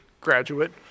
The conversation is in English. graduate